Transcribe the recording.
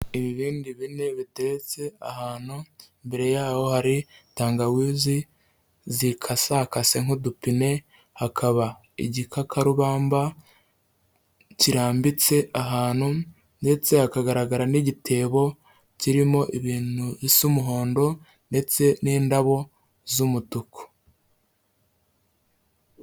Ibibindi bine bitetse ahantu imbere yaho hari tangawizi zikasakase nk'udupine hakaba igikakarubamba kirambitse ahantu ndetse hakagaragara n'igitebo kirimo ibintu bisa umuhondo ndetse n'indabo z'umutuku.